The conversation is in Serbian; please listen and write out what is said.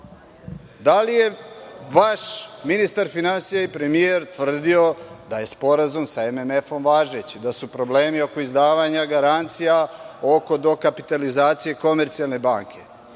da li je vaš ministar finansija i premijer tvrdio da je sporazum sa MMF važeći, da su problemi oko izdavanja garancija oko dokapitalizacije Komercijalne banke